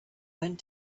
went